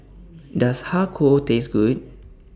Does Har Kow Taste Good